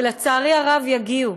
שלצערי הרב יגיעו.